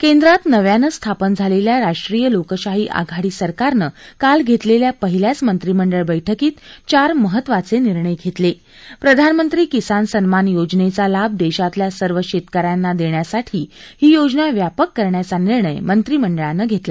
केंद्रात नव्यानं स्थापन झालखिा राष्ट्रीय लोकशाही आघाडी सरकारनं काल घतकेल्या पहिल्याच मंत्रिमंडळ बैठकीत चार महत्त्वाचा निर्णय घस्कि उधानमंत्री किसान सन्मान योजन्त्री लाभ दक्षातल्या सर्व शक्कि यांना दक्षासाठी ही योजना व्यापक करण्याचा निर्णय मंत्रिमंडळानं घस्तिमा